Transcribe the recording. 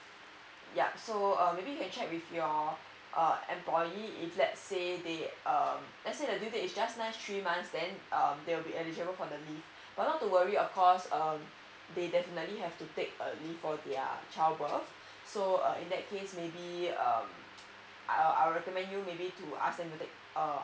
yup so uh maybe you can check with your uh employee if let say they uh let's say the due date is just nice three months then uh they will be eligible for the leave but not to worry of course um they definitely have to take um leave for their child birth so in that case maybe uh I'll I'll recommend you maybe to ask them to take uh